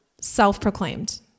Self-proclaimed